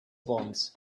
bonds